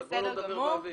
אבל בואי לא נדבר באוויר.